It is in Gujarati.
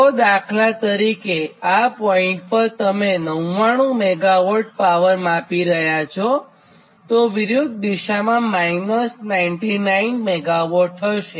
તો દાખલા તરીકેઆ પોઇન્ટ પર તમે 99 મેગાવોટ પાવર માપી રહ્યા છો તો વિરુધ્ધ દિશામાં 99 મેગાવોટ હશે